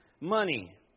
Money